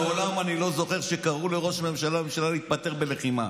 אני לא זוכר מעולם שקראו לראש ממשלה להתפטר בלחימה,